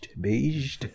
Beige